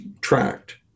tracked